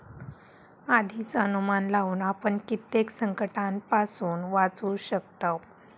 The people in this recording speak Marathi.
आधीच अनुमान लावुन आपण कित्येक संकंटांपासून वाचू शकतव